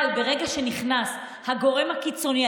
אבל ברגע שנכנס הגורם הקיצוני,